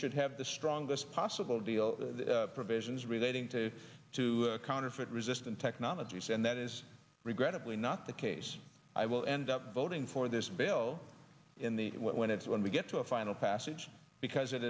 should have the strongest possible deal provisions relating to to counterfeit resistant technologies and that is regrettably not the case i will end up voting for this bill in the when it's when we get to a final passage because it